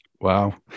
Wow